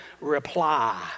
reply